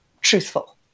truthful